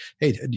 Hey